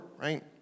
right